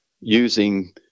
using